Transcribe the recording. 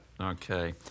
Okay